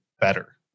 better